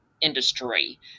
industry